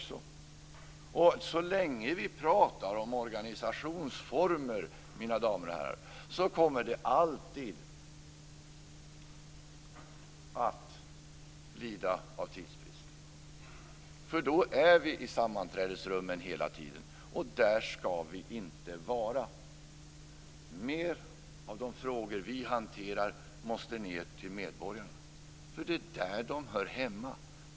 Så länge vi pratar om organisationsformer, mina damer och herrar, kommer vi alltid att lida av tidsbrist. Då är vi i sammanträdesrummen hela tiden. Där skall vi inte vara. Fler av de frågor vi hanterar måste ned till medborgarna. Det är där de hör hemma.